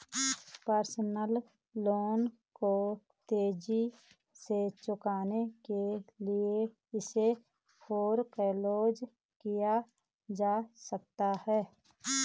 personal loan को तेजी से चुकाने के लिए इसे फोरक्लोज किया जा सकता है